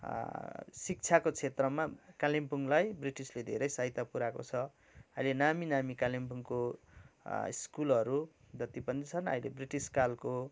शिक्षाको क्षेत्रमा कालिम्पोङलाई ब्रिटिसले धेरै सहायता पुराएको छ अहिले नामी नामी कालिम्पोङको सकुलहरू जति पनि छन् अहिले ब्रिटिस कालको